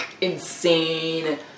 insane